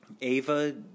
Ava